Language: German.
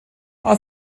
aus